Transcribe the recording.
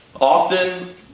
often